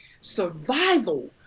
survival